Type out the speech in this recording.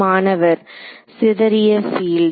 மாணவர் சிதறிய பீல்ட்